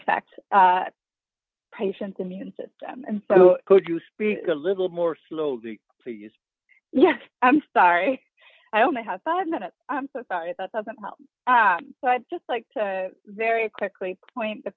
affect a patient's immune system and so could you speak a little more slowly to use yeah i'm sorry i only have five minutes i'm so sorry if that doesn't help but i'd just like to very quickly point the